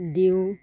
দিওঁ